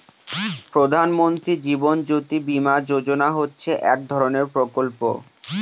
প্রধান মন্ত্রী জীবন জ্যোতি বীমা যোজনা হচ্ছে এক ধরনের প্রকল্প